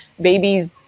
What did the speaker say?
Babies